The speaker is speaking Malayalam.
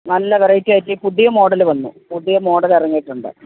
നല്ല വെറൈറ്റിയായിട്ട് പുതിയ മോഡല് വന്നു പുതിയ മോഡല് ഇറങ്ങിയിട്ടുണ്ട്